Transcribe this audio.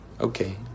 Okay